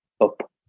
up